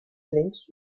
längst